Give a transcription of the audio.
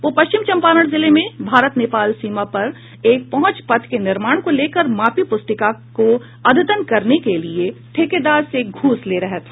वह पश्चिम चंपारण जिले में भारत नेपाल सीमा पर एक पहुंच पथ के निर्माण को लेकर मापी पुस्तिका को अद्यतन करने के लिए ठेकेदार से घूस ले रहा था